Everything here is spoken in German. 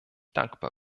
dankbar